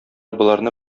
боларны